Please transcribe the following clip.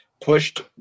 pushed